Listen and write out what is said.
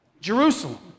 Jerusalem